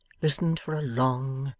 listened for a long,